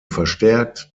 verstärkt